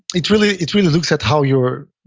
it really it really looks at how you're,